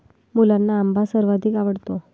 मुलांना आंबा सर्वाधिक आवडतो